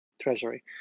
treasury